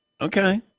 Okay